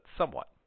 somewhat